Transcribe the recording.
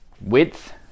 Width